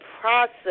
process